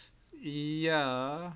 ya